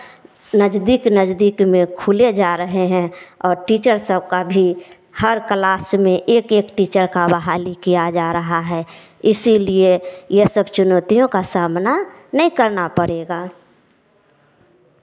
नजदीक नज़दीक में खुले जा रहे हैं और टीचर सब का भी हर क्लास में एक एक टीचर का बहाली किया जा रहा है इसीलिए यह सब चुनौतियों का सामना नहीं करना पड़ेगा